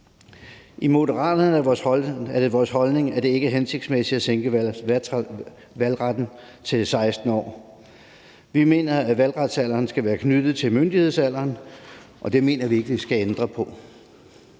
I Moderaterne er det vores holdning, at det ikke er hensigtsmæssigt at sænke valgretsalderen til 16 år. Vi mener, at valgretsalderen skal være knyttet til myndighedsalderen, og det mener vi ikke at vi skal ændre på.